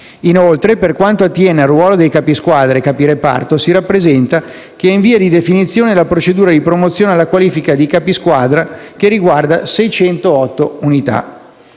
Inoltre, per quanto attiene al ruolo dei capi squadra e capi reparto, si rappresenta che è in via di definizione la procedura di promozione alla qualifica di capo squadra che riguarda 608 unità.